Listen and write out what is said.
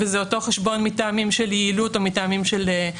וזה אותו חשבון מטעמים של יעילות או חיסכון.